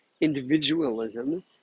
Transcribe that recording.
individualism